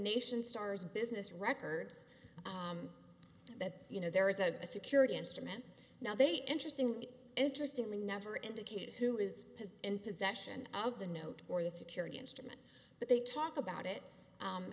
nation stars business records that you know there is a security instrument now they interesting interestingly never indicated who is in possession of the note or the security instrument but they talk about it